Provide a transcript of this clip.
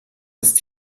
ist